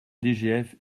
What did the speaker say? dgf